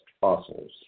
fossils